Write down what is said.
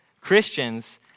Christians